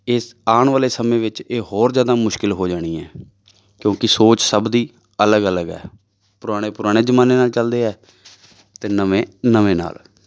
ਇਸ ਆਉਣ ਵਾਲੇ ਸਮੇਂ ਵਿੱਚ ਇਹ ਹੋਰ ਜ਼ਿਆਦਾ ਮੁਸ਼ਕਿਲ ਹੋ ਜਾਣੀ ਹੈ ਕਿਉਂਕਿ ਸੋਚ ਸਭ ਦੀ ਅਲੱਗ ਅਲੱਗ ਹੈ ਪੁਰਾਣੇ ਪੁਰਾਣੇ ਜ਼ਮਾਨੇ ਨਾਲ ਚੱਲਦੇ ਹੈ ਅਤੇ ਨਵੇਂ ਨਵੇਂ ਨਾਲ